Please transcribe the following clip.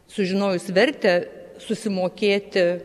sužinojus vertę susimokėti